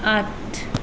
आठ